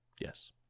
Yes